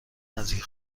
نزدیک